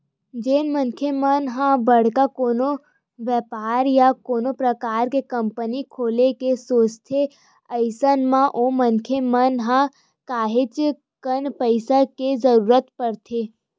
जेन मनखे मन ह बड़का कोनो बेपार या कोनो परकार के कंपनी खोले के सोचथे अइसन म ओ मनखे मन ल काहेच कन पइसा के जरुरत परथे